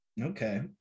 Okay